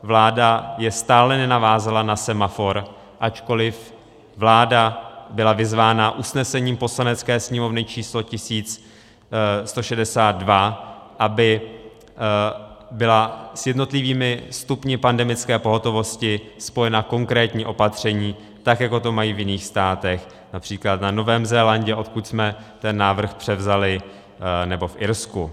Vláda je stále nenavázala na semafor, ačkoliv vláda byla vyzvána usnesením Poslanecké sněmovny číslo 1162, aby byla s jednotlivými stupni pandemické pohotovosti spojena konkrétní opatření, tak jako to mají v jiných státech, např. na Novém Zélandu, odkud jsme ten návrh převzali, nebo v Irsku.